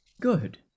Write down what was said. Good